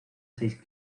seis